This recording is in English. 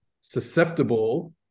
susceptible